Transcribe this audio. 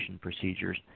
procedures